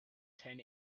ten